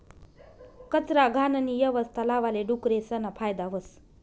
कचरा, घाणनी यवस्था लावाले डुकरेसना फायदा व्हस